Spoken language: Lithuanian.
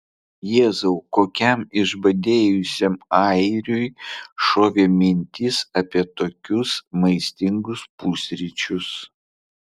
jėzau kokiam išbadėjusiam airiui šovė mintis apie tokius maistingus pusryčius